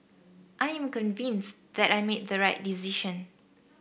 I am convinced that I made the right decision